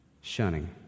shunning